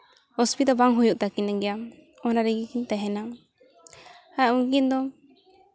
ᱚᱥᱩᱵᱤᱫᱷᱟ ᱵᱟᱝ ᱦᱩᱭᱩᱜ ᱛᱟᱹᱠᱤᱱ ᱜᱮᱭᱟ ᱚᱱᱟ ᱨᱮᱜᱮᱠᱤᱱ ᱛᱟᱦᱮᱱᱟ ᱟᱨ ᱩᱱᱠᱤᱱ ᱫᱚ